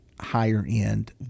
higher-end